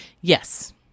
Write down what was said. Yes